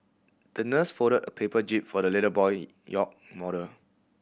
the nurse folded a paper jib for the little boy yacht model